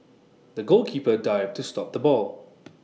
the goalkeeper dived to stop the ball